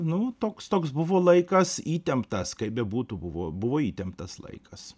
nu toks toks buvo laikas įtemptas kaip bebūtų buvo buvo įtemptas laikas